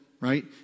right